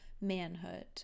manhood